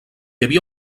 havia